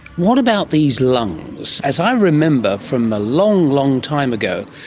what about these lungs? as i remember, from a long, long time ago,